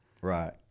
Right